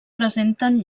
presenten